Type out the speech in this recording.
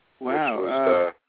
Wow